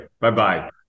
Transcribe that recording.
Bye-bye